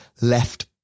left